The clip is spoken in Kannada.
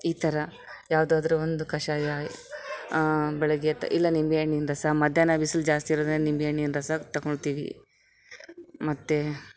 ಈ ಥರ ಯಾವುದಾದ್ರು ಒಂದು ಕಷಾಯ ಬೆಳಗ್ಗೆ ಎದ್ದು ಇಲ್ಲ ನಿಂಬೆ ಹಣ್ಣಿನ್ ರಸ ಮಧ್ಯಾಹ್ನ ಬಿಸ್ಲು ಜಾಸ್ತಿ ಇರೊದಿಂದ ನಿಂಬೆ ಹಣ್ಣಿನ್ ರಸ ತಗೊತಿವಿ ಮತ್ತು